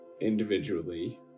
Individually